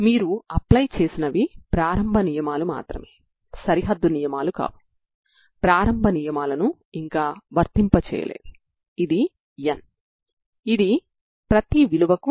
ఇందులోని ప్రతీ పదం తరంగ సమీకరణానికి సరిహద్దు నియమాన్ని సంతృప్తిపరిచే పరిష్కారం అవుతుంది